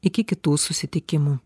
iki kitų susitikimų